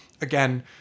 Again